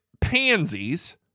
pansies